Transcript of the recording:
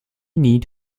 need